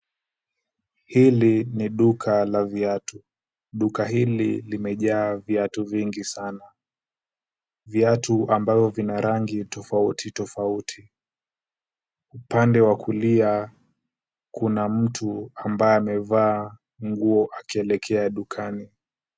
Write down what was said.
Hili ni duka la viatu. Duka hili limejaa viatu vingi sana. Viatu ambavyo vina rangi tofauti tofauti. Upande wa kulia kuna mtu ambaye amevaa nguo akielekea dukani.